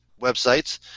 websites